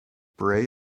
bray